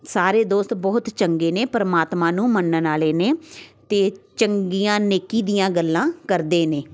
ਸਾਰੇ ਦੋਸਤ ਬਹੁਤ ਚੰਗੇ ਨੇ ਪਰਮਾਤਮਾ ਨੂੰ ਮੰਨਣ ਵਾਲੇ ਨੇ ਅਤੇ ਚੰਗੀਆਂ ਨੇਕੀ ਦੀਆਂ ਗੱਲਾਂ ਕਰਦੇ ਨੇ